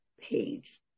page